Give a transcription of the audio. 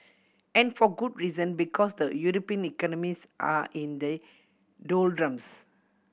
and for good reason because the European economies are in the doldrums